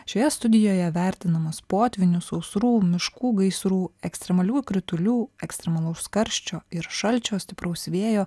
šioje studijoje vertinamos potvynių sausrų miškų gaisrų ekstremalių kritulių ekstremalaus karščio ir šalčio stipraus vėjo